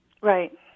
Right